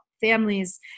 families